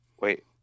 wait